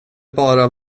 bara